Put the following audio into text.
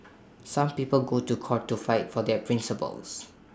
some people go to court to fight for their principles